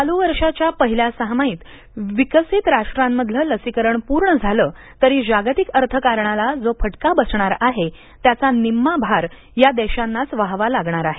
चालू वर्षाच्या पहिल्या सहामाहित विकसित राष्ट्रांमधलं लसीकरण पूर्ण झालं तरी जागतिक अर्थकारणाला जो फटका बसणार आहे त्याचा निम्मा भार या देशांनाच वहावा लागणार आहे